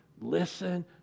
Listen